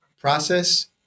process